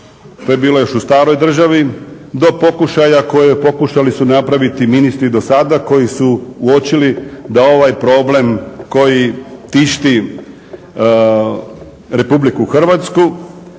to je bilo još u staroj državi, do pokušaja koje pokušali su napraviti ministri do sada, koji su uočili da ovaj problem koji tišti Republiku Hrvatsku,